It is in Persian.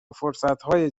فرصتهای